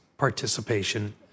participation